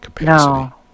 No